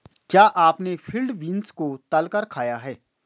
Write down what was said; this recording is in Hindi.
क्या आपने फील्ड बीन्स को तलकर खाया है?